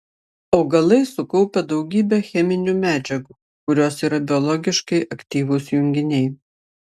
augalai sukaupia daugybę cheminių medžiagų kurios yra biologiškai aktyvūs junginiai